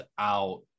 out